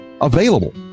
available